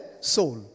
soul